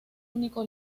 único